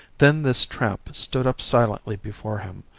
then this tramp stood up silently before him,